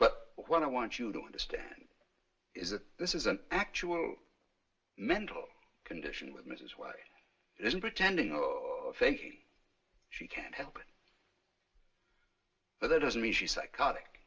but what i want you to understand is that this is an actual mental condition with mrs why isn't pretending i think she can't help but that doesn't mean she psychotic